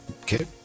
Okay